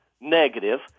negative